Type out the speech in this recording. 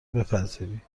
بپذیری